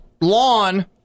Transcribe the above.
lawn